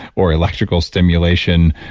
or electrical stimulation,